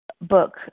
book